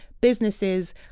Businesses